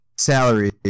salary